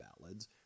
ballads